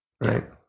right